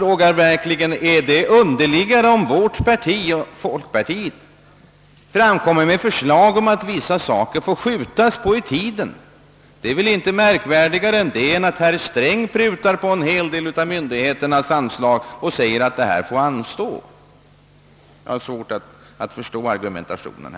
Är det så underligt om vårt parti och folkpartiet framlägger förslag om att vissa saker får skjutas på i tiden? Det är väl inte märkvärdigare än att herr Sträng prutar på en hel del anslag till myndigheter och säger att det får anstå. Jag har svårt att förstå argumentationen.